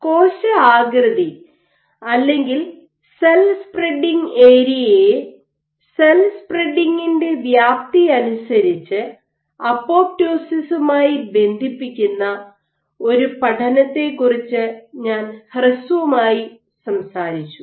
കോശ ആകൃതി അല്ലെങ്കിൽ സെൽ സ്പ്രെഡിംഗ് ഏരിയയെ സെൽ സ്പ്രെഡിംഗിന്റെ വ്യാപ്തി അനുസരിച്ച് അപ്പോപ്റ്റോസിസുമായി ബന്ധിപ്പിക്കുന്ന ഒരു പഠനത്തെക്കുറിച്ച് ഞാൻ ഹ്രസ്വമായി സംസാരിച്ചു